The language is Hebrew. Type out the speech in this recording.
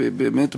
באמת,